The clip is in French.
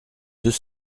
deux